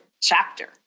chapter